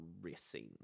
Racing